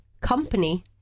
company